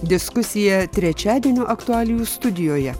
diskusija trečiadienio aktualijų studijoje